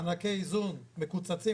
מענקי איזון מקוצצים,